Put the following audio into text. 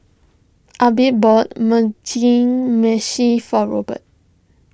Abe bought Mugi Meshi for Robert